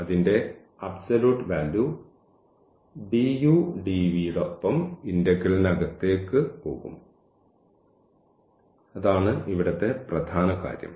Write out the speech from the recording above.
അതിൻറെ absolute value നോടൊപ്പം ഇന്റെഗ്രേലിനകത്തേക്ക് പോകും അതാണ് ഇവിടത്തെ പ്രധാന കാര്യം